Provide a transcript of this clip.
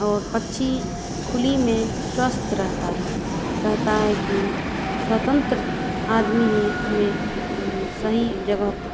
और पक्षी खुली में स्वस्थ रहता है कहता है कि स्वतंत्र आदमी ही हमें सही जगह पर